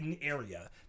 area